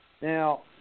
Now